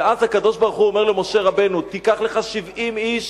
ואז הקדוש-ברוך-הוא אומר למשה רבנו: תיקח לך 70 איש